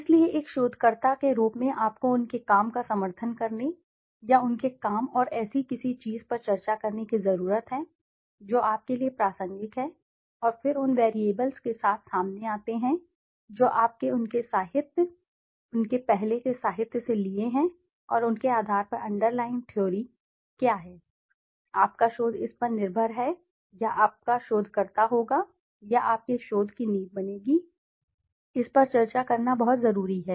इसलिए एक शोधकर्ता के रूप में आपको उनके काम का समर्थन करने या उनके काम और ऐसी किसी चीज़ पर चर्चा करने की ज़रूरत है जो आपके लिए प्रासंगिक है और फिर उन वैरिएबल्स के साथ सामने आते हैं जो आपने उनके साहित्य उनके पहले के साहित्य से लिए हैं और उनके आधार पर अंडरलाइंग थ्योरी क्या हैं आपका शोध इस पर निर्भर है या आपका शोधकर्ता होगा या आपके शोध की नींव बनेगी इस पर चर्चा करना बहुत जरूरी है